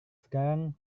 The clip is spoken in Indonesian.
sekarang